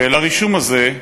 ולרישום הזה,